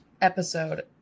episode